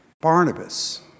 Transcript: Barnabas